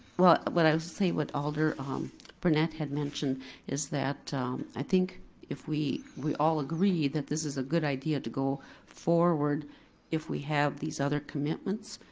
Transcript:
well i would say what alder brunette had mentioned is that i think if we we all agree that this is a good idea to go forward if we have these other commitments,